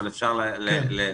אבל אפשר לייצר,